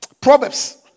Proverbs